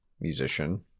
musician